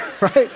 Right